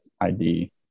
id